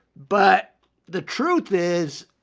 but the truth is,